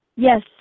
Yes